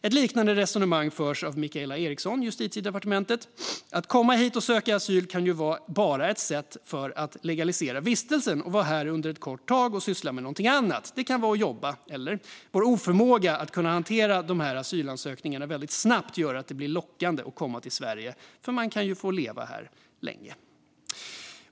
Ett liknande resonemang förs av Mikaela Eriksson, Justitiedepartementet: Att komma hit och söka asyl kan ju vara bara ett sätt för att legalisera vistelsen och vara här under ett kort tag och syssla med något annat. Det kan vara att jobba eller . vår oförmåga att kunna hantera de här asylansökningarna väldigt snabbt gör att det blir lockande att komma till Sverige för man kan ju legalt få vara här länge."